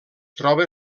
troba